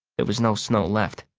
there was no snow left.